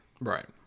right